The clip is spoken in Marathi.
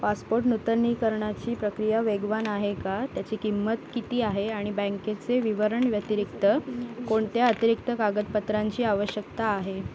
पासपोर्ट नूतनीकरणाची प्रक्रिया वेगवान आहे का त्याची किंमत किती आहे आणि बँकेचे विवरण व्यतिरिक्त कोणत्या अतिरिक्त कागदपत्रांची आवश्यकता आहे